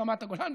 ברמת הגולן,